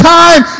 time